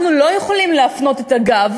אנחנו לא יכולים להפנות את הגב